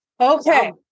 okay